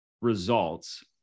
results